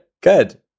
good